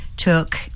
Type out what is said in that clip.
took